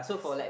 I see